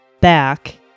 back